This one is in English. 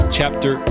chapter